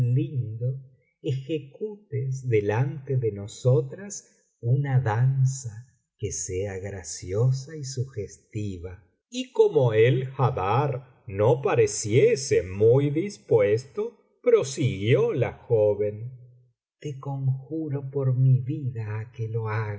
lindo ejecutes delante de nosotras una danza que sea graciosa y sugestiva y como el haddar no pareciese muy dispuesto prosiguió la joven te conjuro por mi vfda á que lo hagas